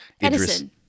Edison